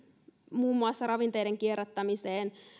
muun muassa ravinteiden kierrättämiseen